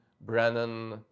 Brennan